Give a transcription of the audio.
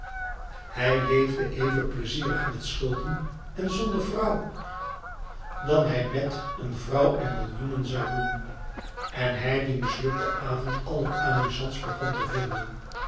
hij leefde even pleizierig met schulden en zonder vrouw dan hij mèt een vrouw en millioenen zoû doen dat hij dien mislukten avond alleramuzantst begon te vinden